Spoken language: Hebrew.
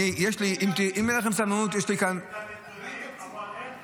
מדברים --- אבל אין תוכנית.